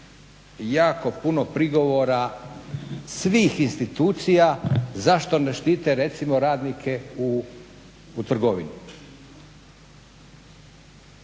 jako puno prigovora svih institucija zašto ne štite recimo radnike u trgovini.